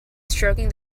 stroking